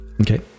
okay